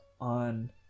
on